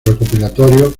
recopilatorios